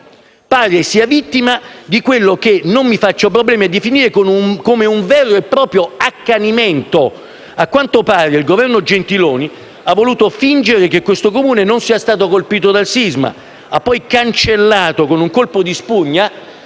pare sia vittima di quello che non mi faccio problemi a definire come un vero e proprio accanimento: a quanto pare, il Governo Gentiloni Silveri ha voluto fingere che questo Comune non sia stato colpito dal sisma; ha poi cancellato con un colpo di spugna